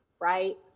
right